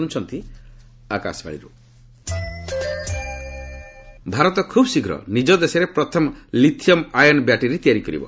lithium battery Bharat ଖୁବ୍ ଶୀଘ୍ର ନିଜ ଦେଶରେ ପ୍ରଥମ ଲିଥିୟମ୍ ଆୟନ୍ ବ୍ୟାଟେରୀ ତିଆରି କରିବ